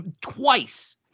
twice